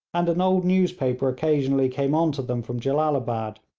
and an old newspaper occasionally came on to them from jellalabad,